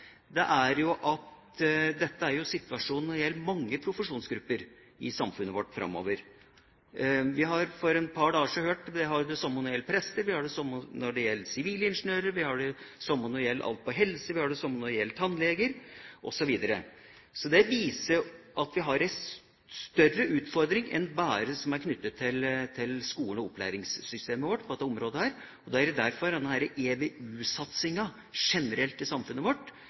er at dette jo er situasjonen når det gjelder mange profesjonsgrupper i samfunnet vårt framover. For et par dager siden hørte vi at det samme gjelder prester, det samme gjelder sivilingeniører, det samme gjelder alt på helse, det samme gjelder tannleger, osv. Det viser jo at vi har en større utfordring på dette området enn bare det som er knyttet til skolen og opplæringssystemet vårt. Det er derfor denne EVU-satsinga generelt i samfunnet vårt må bli sterkere og tøffere enn det vi får til i dag. Da blir det